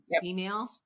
female